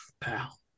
pal